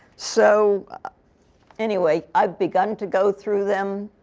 so anyway, i've begun to go through them.